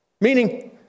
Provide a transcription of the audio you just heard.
Meaning